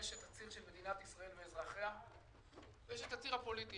יש את הציר של מדינת ישראל ואזרחיה ויש את הציר הפוליטי.